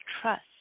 trust